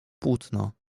płótno